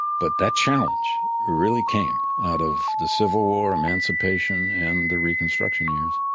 but that challenge really came out of the civil war, emancipation and the reconstruction years.